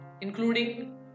including